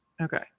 Okay